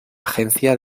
agencia